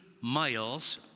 miles